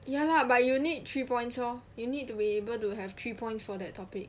ya lah but you need three points lor you need to be able to have three points for that topic